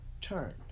Turn